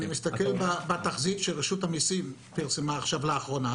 אני מסתכל בתחזית המעודכנת שרשות המיסים פרסמה לאחרונה.